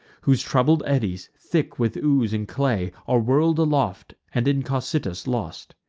whose troubled eddies, thick with ooze and clay, are whirl'd aloft, and in cocytus lost.